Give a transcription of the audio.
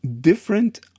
different